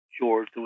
George